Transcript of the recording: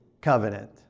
Covenant